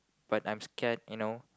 but I'm scared you know